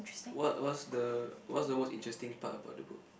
what what's the what's the most interesting part about the book